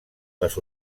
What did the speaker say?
les